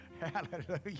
Hallelujah